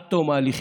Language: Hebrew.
עד תום ההליכים,